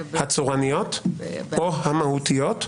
הוצאת או לא הוצאת?